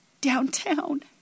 downtown